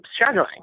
struggling